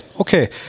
okay